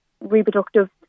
reproductive